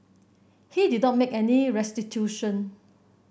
he did not make any restitution